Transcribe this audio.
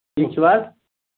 ٹھیٖک چھِو حظ